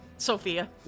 Sophia